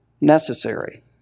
Necessary